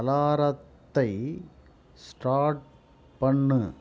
அலாரத்தை ஸ்டார்ட் பண்ணு